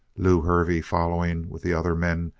lew hervey, following with the other men,